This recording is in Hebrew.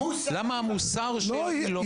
למה המוסר שלנו לא מתקבל?